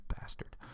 bastard